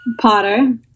Potter